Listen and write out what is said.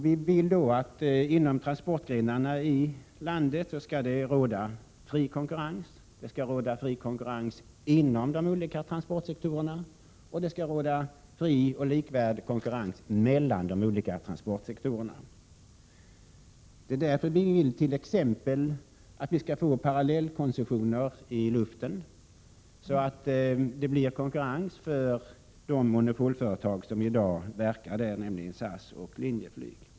Vi vill att det skall råda fri konkurrens inom transportgrenarna i landet, det skall råda fri konkurrens inom de olika transportsektorerna och det skall råda fri och likvärdig konkurrens mellan de olika transportsektorerna. Det är därför vit.ex. vill få till stånd parallellkoncessioner i luften så att det blir konkurrens för de monopolföretag som i dag verkar där, nämligen SAS och Linjeflyg.